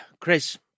Chris